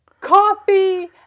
Coffee